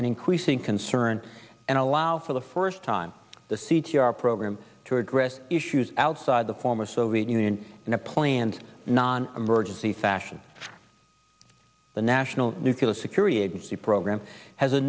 an increasing concern and allow for the first time the c t r program to address issues outside the former soviet union in a planned non emergency fashion the national nuclear security agency program has a